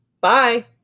bye